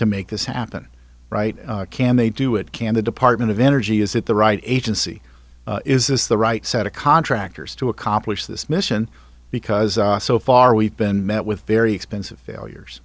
to make this happen right can they do it can the department of energy is it the right agency is this the right set of contractors to accomplish this mission because so far we've been met with very expensive failures